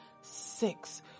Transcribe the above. Six